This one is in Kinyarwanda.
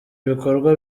ibikorwa